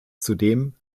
zudem